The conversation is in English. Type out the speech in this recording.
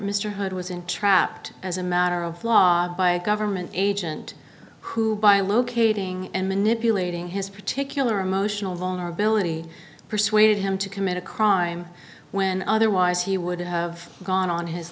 mr hood was entrapped as a matter of law by a government agent who by locating and manipulating his particular emotional vulnerability persuaded him to commit a crime when otherwise he would have gone on his